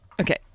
Okay